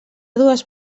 dues